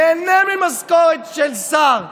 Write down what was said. נהנה ממשכורת של שר,